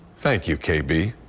thank u k b.